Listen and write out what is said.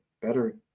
better